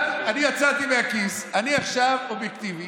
אני יצאתי מהכיס, אני עכשיו אובייקטיבי.